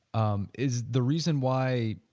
um is the reason why,